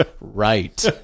right